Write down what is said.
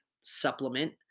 supplement